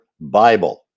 Bible